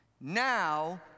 Now